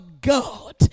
god